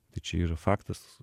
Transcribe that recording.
tai čia yra faktas